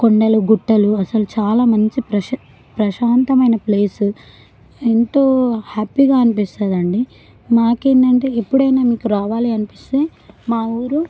కొండలు గుట్టలు అసలు చాలా మంచి ప్రసా ప్రశాంతమైన ప్లేస్ ఎంతో హ్యాపీగా అనిపిస్తుందండీ మాకు ఏంటంటే ఎప్పుడైనా మీకు రావాలి అనిపిస్తే మా ఊరు